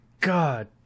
God